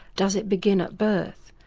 does it begin at birth?